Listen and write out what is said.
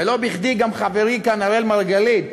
ולא בכדי חברי אראל מרגלית